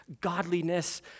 godliness